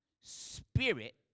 Spirit